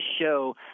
show